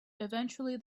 eventually